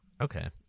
Okay